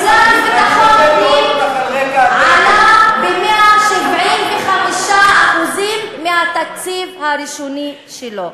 תקציב המשרד לביטחון פנים עלה ב-175% מהתקציב הראשוני שלו.